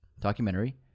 documentary